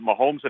Mahomes